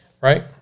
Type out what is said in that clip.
Right